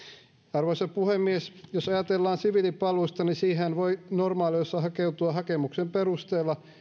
arvoisa puhemies jos ajatellaan siviilipalvelusta niin siihenhän voi normaalioloissa hakeutua hakemuksen perusteella